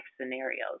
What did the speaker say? scenarios